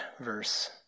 verse